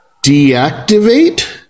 Deactivate